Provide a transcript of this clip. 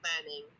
planning